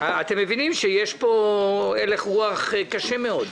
אתם מבינים שיש פה הלך רוח קשה מאוד.